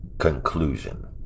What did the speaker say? conclusion